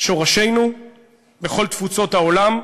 שורשינו בכל תפוצות העולם.